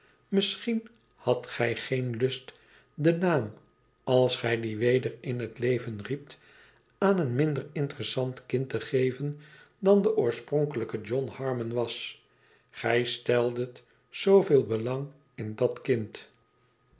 misschien hadt gij geen lust den naam als gij dien weder in het leven nept aan een minder interessant kind te geven dan de oorspronkelijke john harmon was gij steldet zooveel belang in dat kind